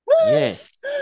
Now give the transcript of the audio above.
Yes